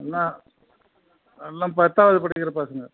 எல்லாம் எல்லாம் பத்தாவது படிக்கிற பசங்க